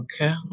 Okay